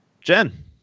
Jen